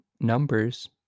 numbers